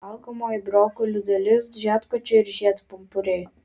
valgomoji brokolių dalis žiedkočiai ir žiedpumpuriai